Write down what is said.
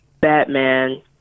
Batman